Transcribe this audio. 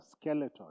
skeleton